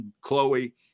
Chloe